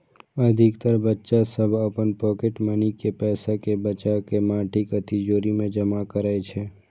अधिकतर बच्चा सभ अपन पॉकेट मनी के पैसा कें बचाके माटिक तिजौरी मे जमा करै छै